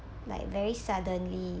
like very suddenly